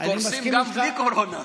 קורסים גם בלי קורונה.